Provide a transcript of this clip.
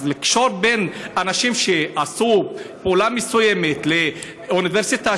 אז לקשור בין אנשים שעשו פעולה מסוימת לאוניברסיטה